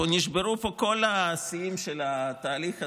נשברו פה כל השיאים של התהליך הזה.